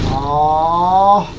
all